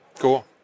Cool